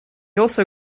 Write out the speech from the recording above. also